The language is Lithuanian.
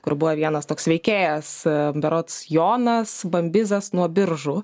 kur buvo vienas toks veikėjas berods jonas bambizas nuo biržų